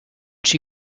she